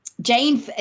Jane